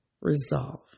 resolve